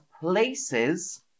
places